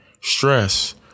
stress